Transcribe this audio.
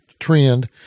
trend